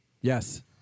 Yes